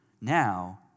now